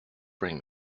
bring